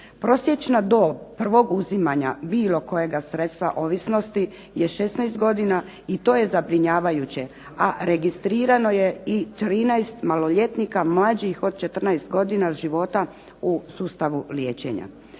Prosječna dob prvog uzimanja bilo kojeg sredstva ovisnosti je 16 godina i to je zabrinjavajuće, a registrirano je i 13 maloljetnika mlađih od 14 godina života u sustavu liječenja.